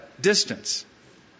distance